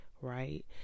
right